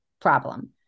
problem